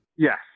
Yes